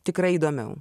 tikrai įdomiau